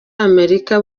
amerika